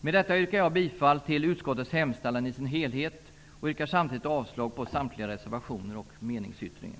Med detta yrkar jag bifall till utskottets hemställan i sin helhet och yrkar samtidigt avslag på samtliga reservationer och meningsyttringen.